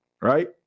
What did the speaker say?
right